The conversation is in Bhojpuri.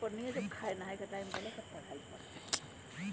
आलू के निकाले से पहिले ओकरे तना क कटाई कर देवल जाला